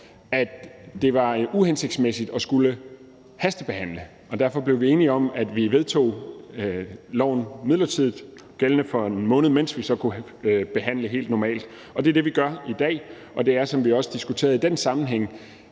at det var uhensigtsmæssigt at skulle hastebehandle det, og derfor blev vi enige om, at vi vedtog lovforslaget midlertidigt gældende for en måned, mens vi så i mellemtiden kunne behandle det helt normalt, og det er det, vi gør i dag. Det er, som vi også diskuterede i den sammenhæng,